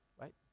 right